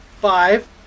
five